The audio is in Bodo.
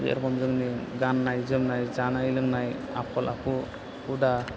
जेर'खम जोंनि गान्नाय जोमनाय जानाय लोंनाय आखल आखु हुदा